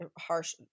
harsh